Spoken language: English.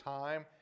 time